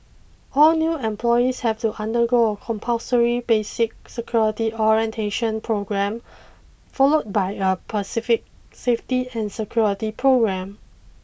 all new employees have to undergo a compulsory basic security orientation programme followed by a specific safety and security programme